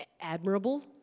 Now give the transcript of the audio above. admirable